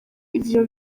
ivyo